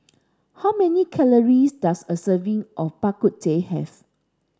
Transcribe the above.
how many calories does a serving of Bak Kut Teh have